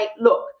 look